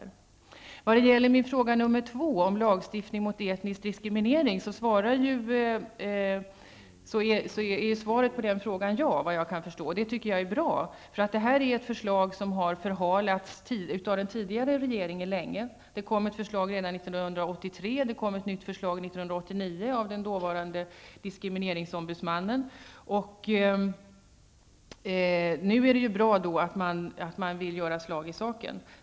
Svaret på min fråga nr 2 om lagstiftning mot etnisk diskriminering är såvitt jag förstår ja. Det är bra. Detta är nämligen ett förslag som har förhalats länge av den tidigare regeringen. Det lades fram ett förslag redan 1983, och det lades fram ett nytt förslag 1989 av den dåvarande diskrimineringsombudsmannen. Det är därför bra att man nu vill göra slag i saken.